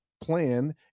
plan